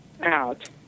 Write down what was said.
out